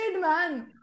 man